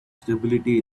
stability